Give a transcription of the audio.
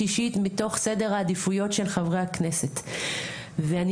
שישית מתוך סדר העדיפויות של חברי הכנסת ואני